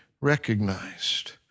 recognized